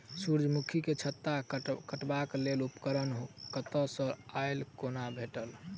सूर्यमुखी केँ छत्ता काटबाक लेल उपकरण कतह सऽ आ कोना भेटत?